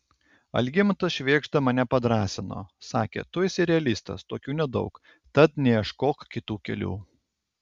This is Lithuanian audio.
algimantas švėgžda mane padrąsino sakė tu esi realistas tokių nedaug tad neieškok kitų kelių